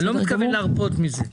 אני לא מתכוון להרפות מזה.